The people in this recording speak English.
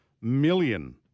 million